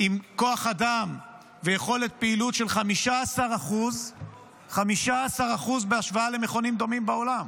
עם כוח אדם ויכולת פעילות של 15% 15% בהשוואה למכונים דומים בעולם.